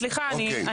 סליחה,